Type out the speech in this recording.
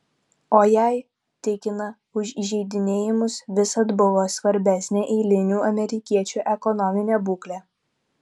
o jai tikina už įžeidinėjimus visad buvo svarbesnė eilinių amerikiečių ekonominė būklė